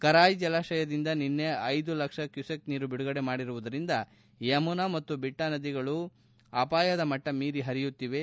ಕರಾಯಿ ಜಲಾಶಯದಿಂದ ನಿನ್ನೆ ನ್ಲಕ್ಷ ಕ್ಯೂಸೆಕ್ ನೀರು ಬಿಡುಗಡೆ ಮಾಡಿರುವುದರಿಂದ ಯಮುನಾ ಮತ್ತು ಬಿಟ್ಟಾ ನದಿಗಳು ಅಪಾಯದ ಮಟ್ಟ ಮೀರಿ ಹರಿಯುತ್ತಿವೆ